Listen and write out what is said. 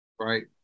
right